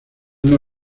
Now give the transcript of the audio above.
una